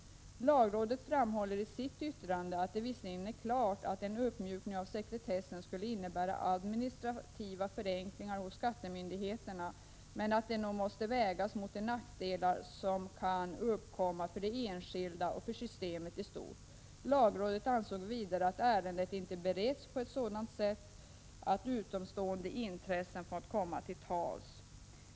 Lagrådet framhåller i sitt yttrande att det visserligen är klart att en uppmjukning av sekretessen skulle innebära administrativa förenklingar hos skattemyndigheterna men att de nog måste vägas mot de nackdelar som kan uppkomma för de enskilda och för systemet i stort. Lagrådet ansåg vidare att ärendet inte beretts på ett sådant sätt att utomstående intressen fått komma till tals.